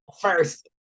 first